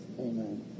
Amen